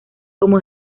como